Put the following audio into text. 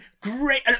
great